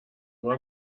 nur